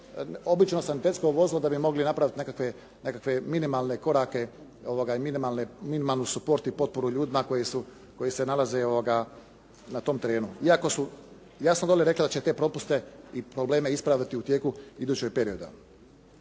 obično sanitetsko vozilo da bi mogli napraviti nekakve minimalne korake i minimalni suport i potporu ljudima koji se nalaze na tom terenu. Iako su jasno dolje rekli da će te propuste i probleme ispraviti u tijeku idućeg perioda.